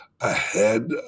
ahead